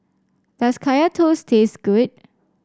does Kaya Toast taste good